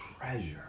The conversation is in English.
treasure